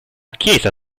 chiesa